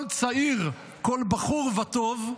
כל צעיר, כל בחור וטוב,